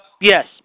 Yes